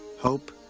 hope